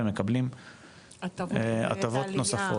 והם מקבלים הטבות נוספות.